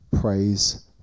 Praise